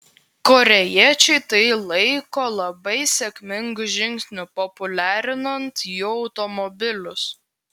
korėjiečiai tai laiko labai sėkmingu žingsniu populiarinant jų automobilius